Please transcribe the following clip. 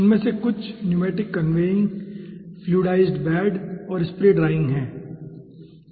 उनमें से कुछ न्यूमैटिक कन्वेयिंग फ्लूइडाईज्ड बेड और स्प्रे ड्राईंग हैं ठीक है